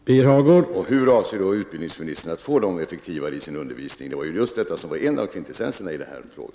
Herr talman! Hur avser då utbildningsministern att få dem effektivare i sin undervisning? Det var ju en av kvintessenserna i min fråga.